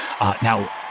Now